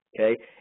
Okay